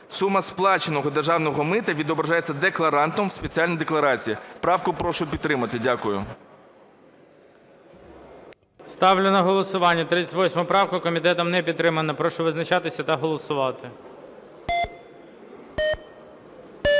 Сума сплаченого державного мита відображається декларантом в спеціальній декларації". Правку прошу підтримати. Дякую. ГОЛОВУЮЧИЙ. Ставлю на голосування 38 правку. Комітетом не підтримана. Прошу визначатися та голосувати.